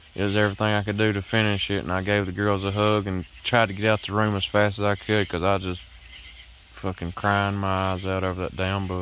it was everything i could do to finish it. and i gave the girls a hug and tried to get out the room as fast as i could, yeah because i just fucking crying my eyes out over that damn book.